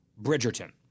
Bridgerton